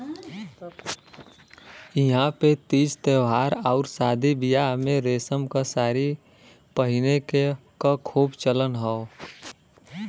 इहां पे तीज त्यौहार आउर शादी बियाह में रेशम क सारी पहिने क खूब चलन हौ